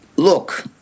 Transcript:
Look